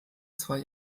zwei